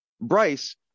Bryce